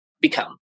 become